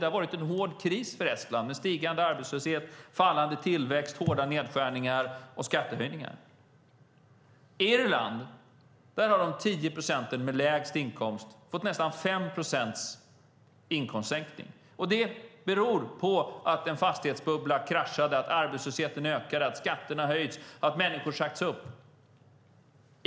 Det har varit en hård kris för Estland med stigande arbetslöshet, fallande tillväxt, hårda nedskärningar och skattehöjningar. I Irland har de 10 procenten med lägst inkomst fått nästan 5 procents inkomstsänkning. Det beror på att en fastighetsbubbla sprack, arbetslösheten ökade, skatterna har höjts och människor har sagts upp.